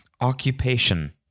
Occupation